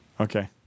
Okay